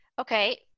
okay